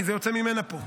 כי זה יוצא ממנה פה,